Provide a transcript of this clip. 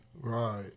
Right